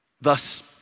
thus